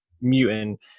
mutant